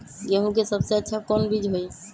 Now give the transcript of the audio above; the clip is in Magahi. गेंहू के सबसे अच्छा कौन बीज होई?